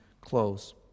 close